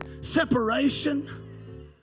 separation